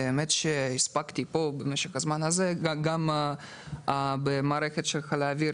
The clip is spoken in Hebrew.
והספקתי פה במשך הזמן הזה גם במערכת להעביר